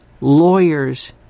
lawyers